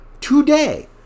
today